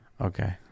okay